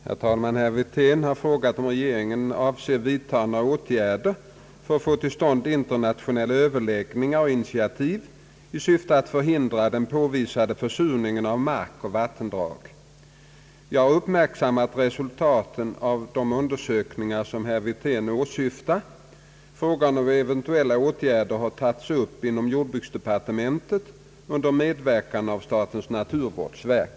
Herr talman! Herr Wirtén har frågat om regeringen avser vidta någon åtgärd för att få till stånd internationella överläggningar och initiativ i syfte att förhindra den påvisade försurningen av mark och vattendrag. Jag har uppmärksammat resultaten av de undersökningar som herr Wirtén åsyftar. Frågan om eventuella åtgärder har tagits upp inom jordbruksdepartementet under medverkan av statens naturvårdsverk.